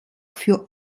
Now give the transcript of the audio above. für